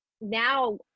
now